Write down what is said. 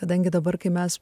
kadangi dabar kai mes